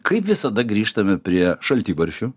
kaip visada grįžtame prie šaltibarščių